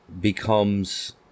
becomes